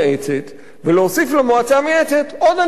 למועצה המייעצת עוד אנשים של משרד התשתיות,